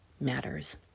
matters